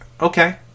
Okay